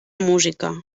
música